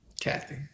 Kathy